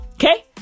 Okay